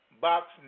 Box